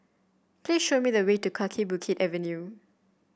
please show me the way to Kaki Bukit Avenue